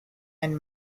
and